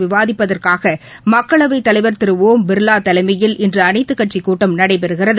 விவாதிப்பதற்காக மக்களவைத்தலைவா் திரு ஒம் பிர்லா தலைமையில் இன்று அனைத்துக் கட்சிக் கூட்டம் நடைபெறுகிறது